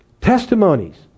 testimonies